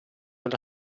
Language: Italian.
alla